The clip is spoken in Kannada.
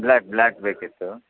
ಬ್ಲ್ಯಾಕ್ ಬ್ಲ್ಯಾಕ್ ಬೇಕಿತ್ತು